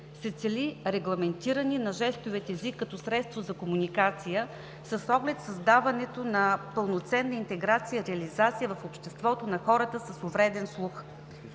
се цели регламентиране на жестовия език като средство за комуникация с оглед създаването на пълноценна интеграция и реализация в обществото на хората с увреден слух.